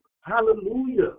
hallelujah